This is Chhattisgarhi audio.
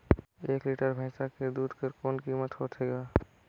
एक लीटर भैंसा के दूध कर कौन कीमत होथे ग?